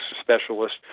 specialist